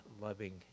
loving